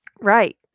Right